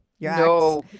no